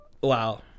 wow